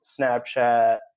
Snapchat